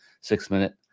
six-minute